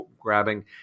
grabbing